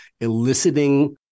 eliciting